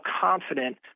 confident